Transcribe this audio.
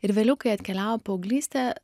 ir vėliau kai atkeliauja paauglystė